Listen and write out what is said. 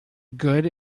good